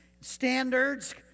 standards